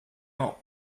not